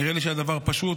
נראה לי שהדבר פשוט,